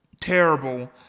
Terrible